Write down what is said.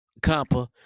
compa